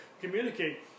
communicate